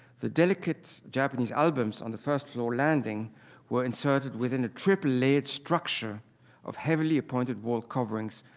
the delicate japanese albums on the first floor landing were inserted within a triple-layered structure of heavily appointed wall coverings,